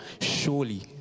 surely